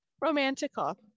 romantical